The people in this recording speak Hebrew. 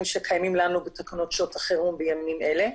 שקיימים לנו בתקנות שעות החרום בימים אלה.